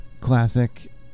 classic